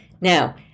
Now